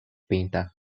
painter